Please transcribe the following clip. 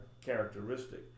characteristic